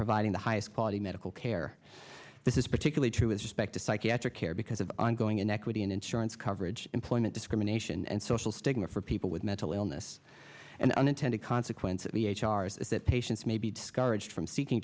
providing the highest quality medical care this is particularly true with respect to psychiatric care because of ongoing inequity in insurance coverage employment discrimination and social stigma for people with mental illness and the unintended consequence of me h r is that patients may be discouraged from seeking